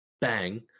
Bang